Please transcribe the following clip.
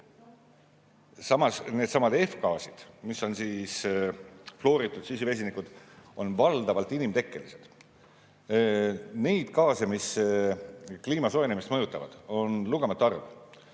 CO2. Samas, F-gaasid, mis on fluoritud süsivesinikud, on valdavalt inimtekkelised. Neid gaase, mis kliima soojenemist mõjutavad, on lugematu arv.